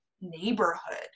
neighborhood